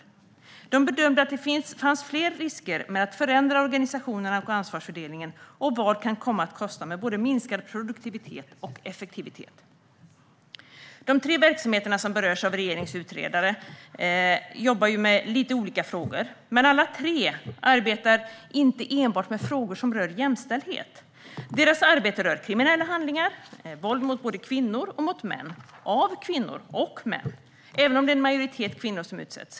Man bedömer att det finns flera risker med att förändra organisationerna och ansvarsfördelningen, och att det kan komma att kosta genom både minskad produktivitet och effektivitet. De tre verksamheter som berörs av regeringens utredare jobbar med lite olika frågor. Men gemensamt för alla tre är att de inte enbart arbetar med frågor som rör jämställdhet. Deras arbete rör kriminella handlingar, våld mot både kvinnor och män, av kvinnor och män - även om det är en majoritet kvinnor som utsätts.